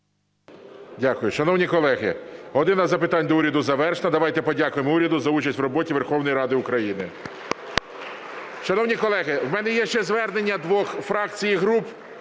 Дякую. Шановні колеги, "година запитань до Уряду" завершена. Давайте подякуємо уряду за участь в роботі Верховної Ради України. (Оплески) Шановні колеги, в мене є ще звернення двох фракцій і груп